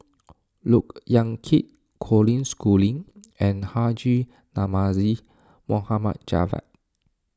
Look Yan Kit Colin Schooling and Haji Namazie Mohd Javad